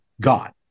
god